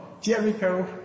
Jericho